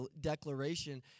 declaration